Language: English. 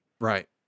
Right